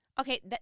Okay